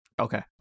Okay